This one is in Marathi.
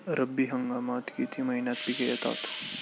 रब्बी हंगामात किती महिन्यांत पिके येतात?